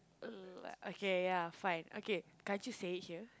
uh okay ya fine okay can't you say it here